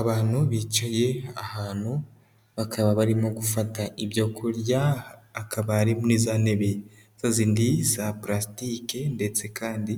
Abantu bicaye ahantu bakaba barimo gufata ibyo kurya, akaba ari muri za ntebe za z'indi za pulasitike ndetse kandi